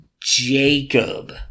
Jacob